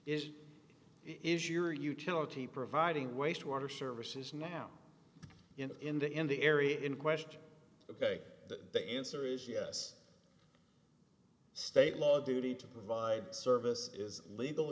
is is your utility providing wastewater services now in the in the area in question ok the answer is yes state law duty to provide service is legal